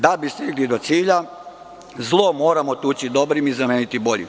Da bi stigli do cilja, zlo moramo tući dobrim i zameniti boljim.